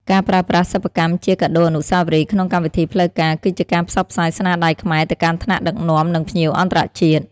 ការប្រើប្រាស់សិប្បកម្មជាកាដូអនុស្សាវរីយ៍ក្នុងកម្មវិធីផ្លូវការ គឺជាការផ្សព្វផ្សាយស្នាដៃខ្មែរទៅកាន់ថ្នាក់ដឹកនាំ និងភ្ញៀវអន្តរជាតិ។